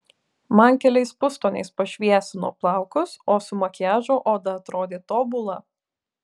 man keliais pustoniais pašviesino plaukus o su makiažu oda atrodė tobula